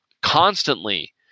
constantly